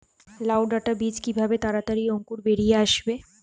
লাউ ডাটা বীজ কিভাবে তাড়াতাড়ি অঙ্কুর বেরিয়ে আসবে?